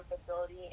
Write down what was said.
facility